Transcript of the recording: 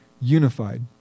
unified